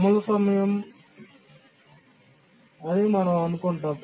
అమలు సమయం అని మేము అనుకుంటాము